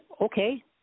okay